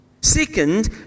Second